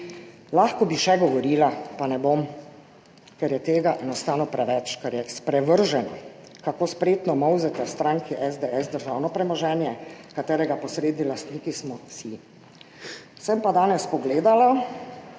Lahko bi še govorila, pa ne bom, ker je tega enostavno preveč, ker je sprevrženo, kako spretno molzete v stranki SDS državno premoženje, katerega posredni lastniki smo vsi. Sem pa danes pogledala.